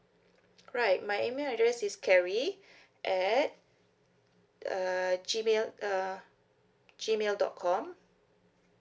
alright my email address is carry at uh G mail uh G mail dot com